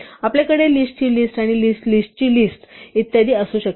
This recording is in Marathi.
तर आपल्याकडे लिस्टची लिस्ट आणि लिस्ट लिस्टची लिस्ट आणि इत्यादी असू शकतात